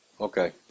Okay